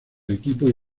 equipo